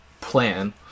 plan